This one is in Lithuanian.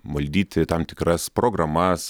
valdyti tam tikras programas